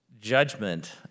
judgment